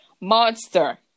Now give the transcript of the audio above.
monster